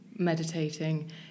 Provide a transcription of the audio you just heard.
meditating